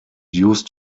used